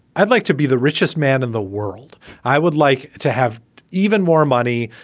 i'd like to be the richest man in the world i would like to have even more money,